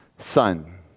son